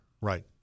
right